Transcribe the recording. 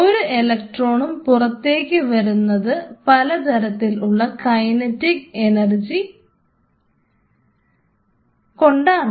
ഓരോ ഇലക്ട്രോണും പുറത്തേക്ക് വരുന്നത് പലതരത്തിലുള്ള കൈനറ്റിക് എനർജി കൊണ്ടാണ്